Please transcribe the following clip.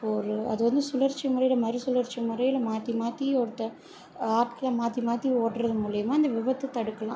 இப்போ ஒரு அது வந்து சுழற்சி முறையில் மறு சுழற்சி முறையில் மாற்றி மாற்றி ஒருத்தர் ஆட்களை மாற்றி மாற்றி ஓட்டுறது மூலயமா இந்த விபத்தை தடுக்கலாம்